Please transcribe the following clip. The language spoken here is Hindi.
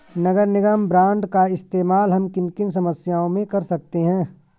नगर निगम बॉन्ड का इस्तेमाल हम किन किन समस्याओं में कर सकते हैं?